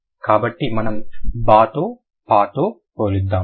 కాబట్టి మనం ba తో pa తో పోలుద్దాం